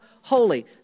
holy